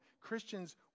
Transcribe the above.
christians